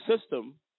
system